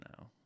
now